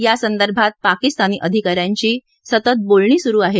या संदर्भात पाकिस्तानी अधिका यांशी सतत बोलणी सुरु आहे